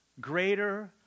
greater